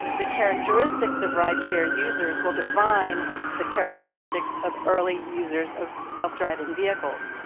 the characteristics of rideshare users will define the characteristics of early users of self-driving vehicles.